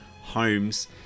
homes